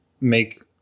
make